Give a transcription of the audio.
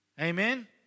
amen